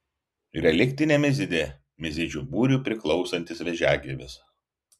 reliktinė mizidė mizidžių būriui priklausantis vėžiagyvis